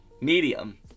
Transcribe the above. Medium